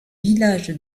village